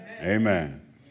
Amen